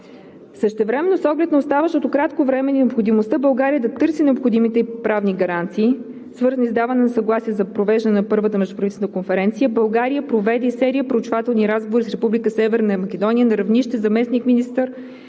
Същевременно с оглед на оставащото кратко време и необходимостта България да търси необходимите правни гаранции, свързани с даване на съгласие за провеждане на първата междуправителствена конференция България проведе серия проучвателни разговори с Република Северна Македония на равнище заместник-министър